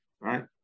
right